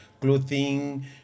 clothing